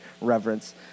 reverence